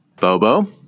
Bobo